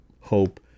hope